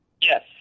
Yes